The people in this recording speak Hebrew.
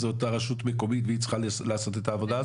זאת הרשות המקומית והיא צריכה לעשות את העבודה הזו?